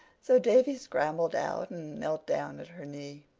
so davy scrambled out and knelt down at her knee.